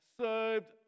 served